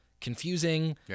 confusing